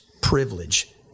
privilege